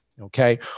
okay